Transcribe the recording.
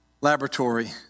laboratory